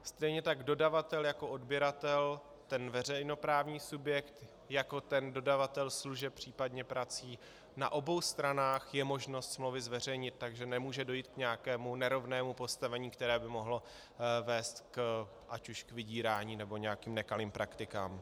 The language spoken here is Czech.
Stejně tak dodavatel jako odběratel, ten veřejnoprávní subjekt jako ten dodavatel služeb, případně prací, na obou stranách je možno smlouvy zveřejnit, takže nemůže dojít k nějakému nerovnému postavení, které by mohlo vést ať už k vydírání, nebo nějakým nekalým praktikám.